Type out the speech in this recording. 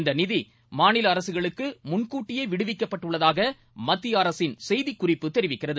இந்த நிதி மாநில அரசுகளுக்கு முன்கூட்டியே விடுவிக்கப்பட்டுள்ளதாக மத்திய அரசின் செய்திக் குறிப்பு தெரிவிக்கிறது